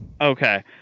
Okay